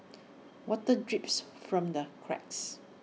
water drips from the cracks